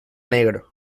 negro